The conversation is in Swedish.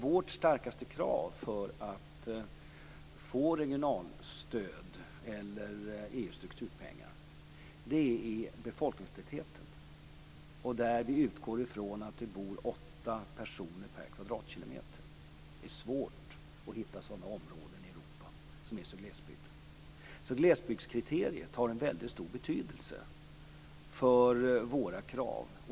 Vårt starkaste krav för att få regionalstöd eller EU:s strukturpengar är befolkningstätheten. Vi utgår från att det bor åtta personer per kvadratkilometer. Det är svårt att hitta områden i Europa som är mer glesbebyggda. Glesbygdskriteriet har alltså en väldigt stor betydelse för våra krav.